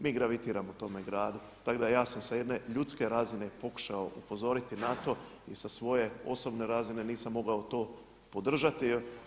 Mi gravitiramo tome gradu, tako da sam ja sa jedne ljudske razine pokušao upozoriti na to i sa svoje osobne razine nisam mogao to podržati.